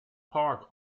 park